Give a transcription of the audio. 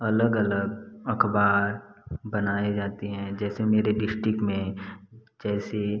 अलग अलग अखबार बनाए जाते हैं जैसे मेरे डिश्टिक में जैसे